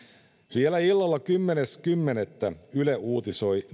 vielä illalla kymmenes kymmenettä kaksituhattayhdeksäntoista yle uutisoi